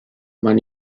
mano